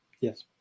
Yes